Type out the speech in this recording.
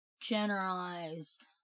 generalized